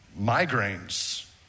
migraines